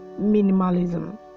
minimalism